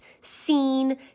seen